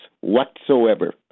whatsoever